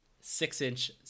six-inch